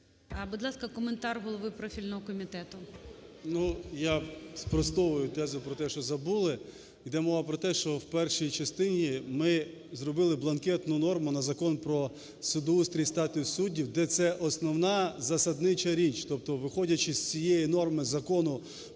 Будь ласка, коментар голови профільного комітету. 12:56:43 КНЯЗЕВИЧ Р.П. Я спростовую тезу про те, що забули. Йде мова про те, що в першій частині ми зробилибланкетну норму на Закон "Про судоустрій і статус суддів", де це основна засаднича річ. Тобто виходячи з цієї норми Закону